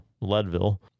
Leadville